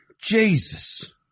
Jesus